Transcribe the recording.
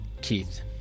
Keith